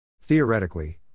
Theoretically